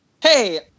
hey